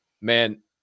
man